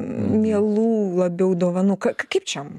mielų labiau dovanų kaip čia